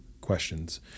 questions